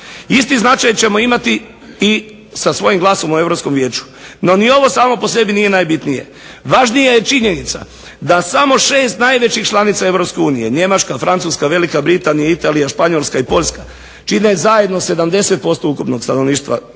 Isti značaj ćemo imati i sa svojim glasom u Europskom vijeću. No ni ovo samo po sebi nije najbitnije, važnija je činjenica da samo 6 najvećih članica EU Njemačka, Francuska, Velika Britanija, Italija, Španjolska i Poljska čine zajedno 70% ukupnog stanovništva EU,